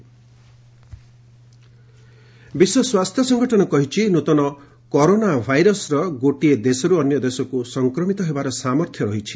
ହୁ virus ବିଶ୍ୱ ସ୍ୱାସ୍ଥ୍ୟ ସଂଗଠନ କହିଛି ନୂତନ କରୋନା ଭାଇରସର ଗୋଟିଏ ଦେଶରୁ ଅନ୍ୟ ଦେଶକୁ ସଂକ୍ରମିତ ହେବାର ସାମର୍ଥ୍ୟ ରହିଛି